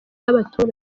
y’abaturage